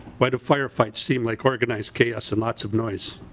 why do firefights seem like organized chaos and lots of noise?